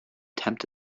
tempt